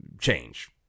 change